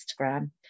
instagram